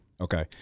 Okay